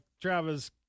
Travis